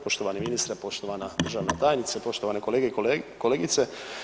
Poštovani ministre, poštovana državna tajnice, poštovane kolegice i kolege.